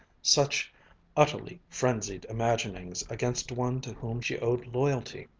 such utterly frenzied imaginings against one to whom she owed loyalty.